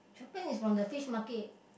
the fin is from the Fish Market